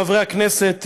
חברי הכנסת,